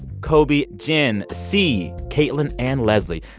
koby, jen, cee, caitlin and leslie.